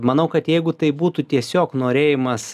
manau kad jeigu tai būtų tiesiog norėjimas